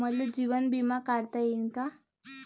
मले जीवन बिमा काढता येईन का?